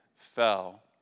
fell